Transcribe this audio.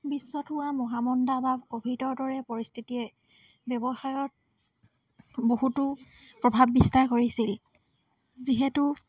বিশ্বত হোৱা মহামণ্ডা বা ক'ভিডৰ দৰে পৰিস্থিতিয়ে ব্যৱসায়ত বহুতো প্ৰভাৱ বিস্তাৰ কৰিছিল যিহেতু